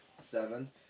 Seven